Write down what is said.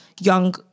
young